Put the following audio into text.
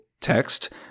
text